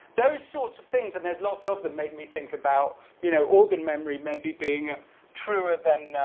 those sorts of things and there's lots of them made me think about you know organ memory maybe being truer than